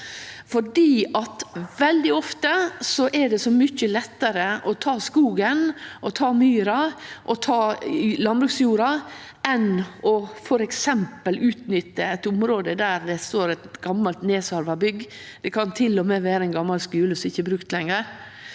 for veldig ofte er det så mykje lettare å ta skogen, myra og landbruksjorda enn f.eks. å utnytte eit område der det står eit gammalt nedsarva bygg – det kan til og med vere ein gamal skule som ikkje blir brukt lenger